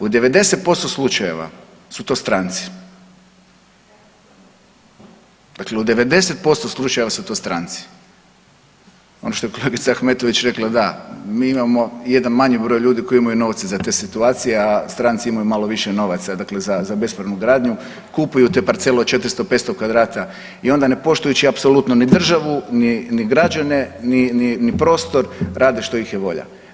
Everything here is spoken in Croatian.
U 90% slučajeva su to stranci, dakle u 90% slučajeva su to stranci, ono što je kolegica Ahmetović rekla da mi imamo jedan manji broj ljudi koji imaju novce za te situacije, a stranci imaju malo više novaca, dakle za bespravnu gradnju, kupuju te parcele od 400, 500 kvadrata i onda ne poštujući apsolutno ni državu ni građane ni prostor, rade što ih je volja.